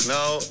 Now